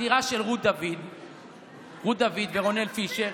החקירה של רות דוד ורונאל פישר,